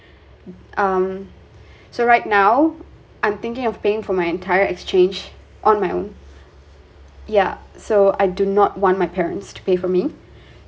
um so right now I'm thinking of paying for my entire exchange on my own ya so I do not want my parents to pay for me